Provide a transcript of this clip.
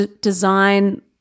design